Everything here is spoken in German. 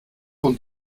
und